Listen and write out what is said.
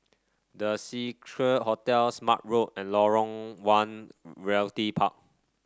The Seacare Hotel Smart Road and Lorong One Realty Park